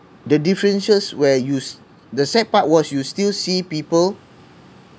the differences where you the sad part was you still see people